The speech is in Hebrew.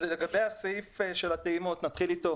לגבי הסעיף של הטעימות, נתחיל אתו.